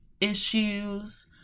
issues